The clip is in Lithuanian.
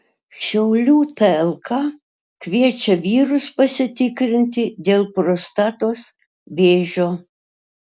šiaulių tlk kviečia vyrus pasitikrinti dėl prostatos vėžio